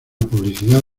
publicidad